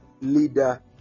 leader